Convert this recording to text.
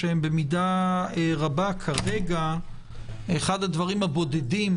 שהן במידה רבה כרגע אחד הדברים הבודדים